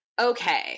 Okay